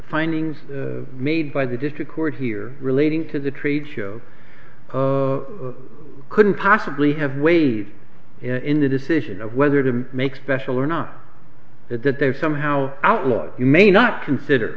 findings the made by the district court here relating to the trade show couldn't possibly have weighed in the decision of whether to make special or not that that they somehow outlawed you may not consider